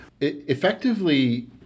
Effectively